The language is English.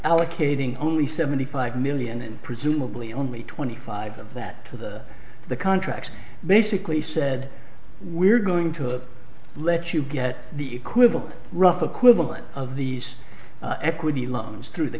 allocating only seventy five million and presumably only twenty five of that to the the contract basically said we're going to let you get the equivalent rough equivalent of these equity loans through the